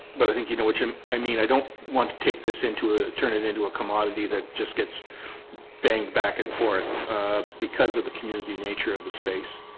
but i think you know what you um i mean i don't want to take this into a turn it into a commodity that just gets banged back and forth because of the community nature of the space